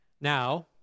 Now